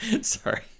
Sorry